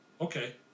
okay